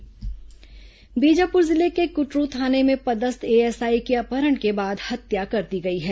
ASI हत्या बीजापुर जिले के कुटरू थाने में पदस्थ एएसआई की अपहरण के बाद हत्या कर दी गई है